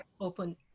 open